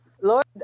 Lord